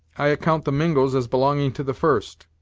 i account the mingos as belonging to the first,